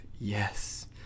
Yes